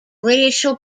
racial